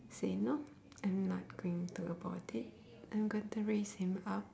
say no I'm not going to abort it I'm going to raise him up